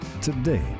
today